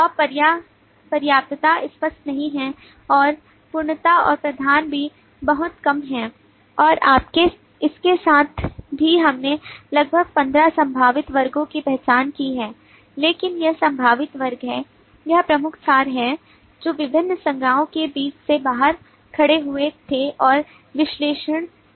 और पर्याप्तता स्पष्ट नहीं है और पूर्णता और प्रधानता भी बहुत कम है और इसके साथ ही हमने लगभग 15 संभावित वर्गों की पहचान की है लेकिन ये संभावित वर्ग हैं ये प्रमुख सार हैं जो विभिन्न संज्ञाओं के बीच से बाहर खड़े हुए थे का विश्लेषण किया